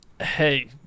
hey